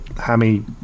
Hammy